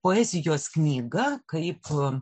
poezijos knyga kaip